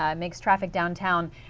um makes traffic downtown,